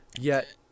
yet-